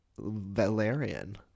Valerian